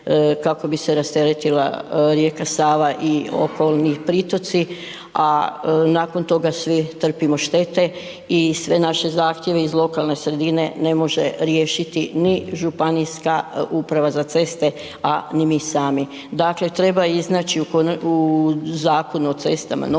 kako bi se rasteretila rijeka Sava i okolni pritoci, a nakon toga svi trpimo štete i sve naše zahtjeve iz lokalne sredine ne može riješiti ni ŽUC, a ni mi sami. Dakle, treba iznaći u Zakonu o cestama